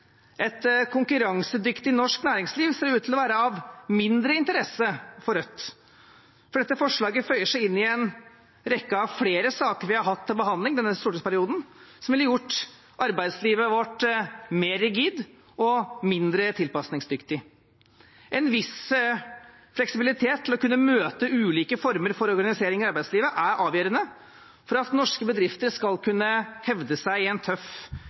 et konkurransedyktig norsk næringsliv, ser ut til å være av mindre interesse for Rødt. Dette forslaget føyer seg inn i en rekke av flere saker vi har hatt til behandling denne stortingsperioden, som ville gjort arbeidslivet vårt mer rigid og mindre tilpasningsdyktig. En viss fleksibilitet til å kunne møte ulike former for organisering i arbeidslivet er avgjørende for at norske bedrifter skal kunne hevde seg i en tøff